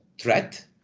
threat